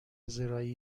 زراعی